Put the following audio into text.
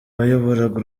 wayoboraga